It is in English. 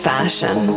Fashion